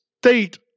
state